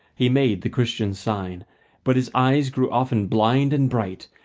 he made the christian sign but his eyes grew often blind and bright,